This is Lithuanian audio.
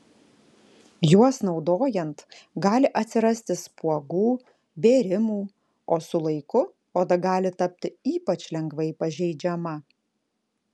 juos naudojant gali atsirasti spuogų bėrimų o su laiku oda gali tapti ypač lengvai pažeidžiama